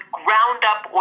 ground-up